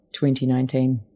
2019